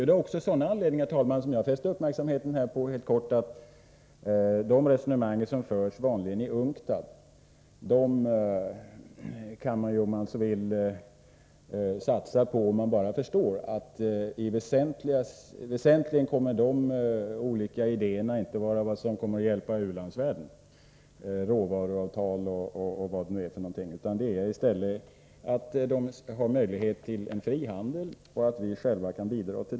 Det är av sådana anledningar som jag helt kort fäste uppmärksamheten på att man kan ansluta sig till de resonemang som förs i UNCTAD, bara man förstår att idéerna t.ex. när det gäller råvaruavtalen inte kommer att hjälpa u-landsvärlden. I stället bör dessa länder få möjlighet till en fri handel, vilket vi själva kan bidra till.